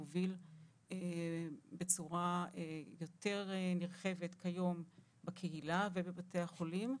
מוביל בצורה יותר נרחבת כיום בקהילה ובבתי החולים.